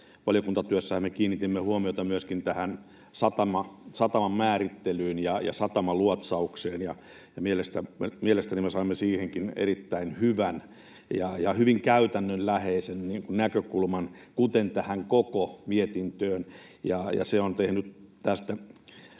Valiokuntatyössähän me kiinnitimme huomiota myöskin tähän sataman määrittelyyn ja satamaluotsaukseen. Mielestäni me saimme siihenkin erittäin hyvän ja hyvin käytännönläheisen näkökulman, kuten tähän koko mietintöön, ja se on tehnyt tästä